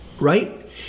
right